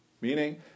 Meaning